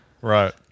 Right